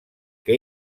que